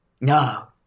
no